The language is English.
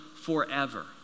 forever